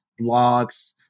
blogs